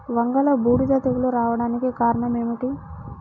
వంగలో బూడిద తెగులు రావడానికి కారణం ఏమిటి?